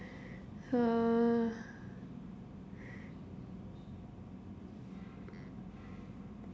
uh